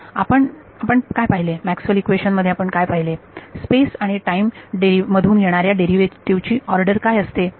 आपण आपण काय पाहिले मॅक्सवेल इक्वेशनMaxwell's equations मध्ये आपण काय पाहिले स्पेस आणि टाईम मधून येणाऱ्या डेरिव्हेटिव्ह ची ऑर्डर काय असते